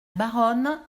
baronne